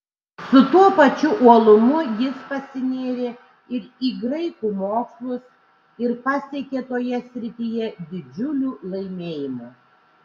su tuo pačiu uolumu jis pasinėrė ir į graikų mokslus ir pasiekė toje srityje didžiulių laimėjimų